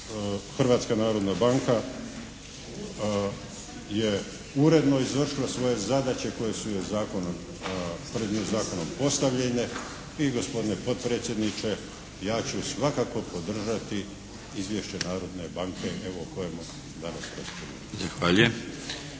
Hrvatska narodna banka je uredno izvršila svoje zadaće koje su joj zakonom postavljene. I gospodine potpredsjedniče, ja ću svakako podržati izvješće Narodne banke evo, o kojemu danas raspravljamo.